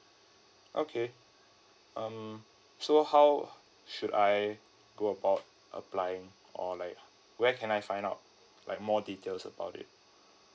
okay um so how should I go about applying or like where can I find out like more details about it